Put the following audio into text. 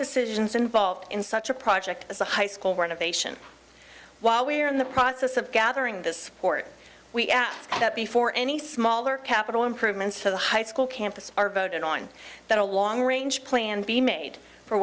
decisions involved in such a project as a high school renovation while we are in the process of gathering this court we ask that before any smaller capital improvements to the high school campus are voted on that a long range plan be made for